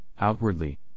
outwardly